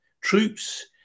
troops